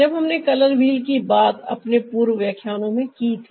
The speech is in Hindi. जब हमने कलर व्हील की बात अपने पूर्व व्याख्यानो में की थी